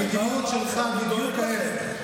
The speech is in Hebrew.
אני דואג לכם.